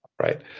Right